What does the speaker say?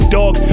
dog